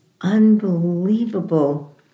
unbelievable